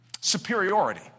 superiority